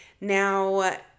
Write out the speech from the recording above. Now